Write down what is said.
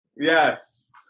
Yes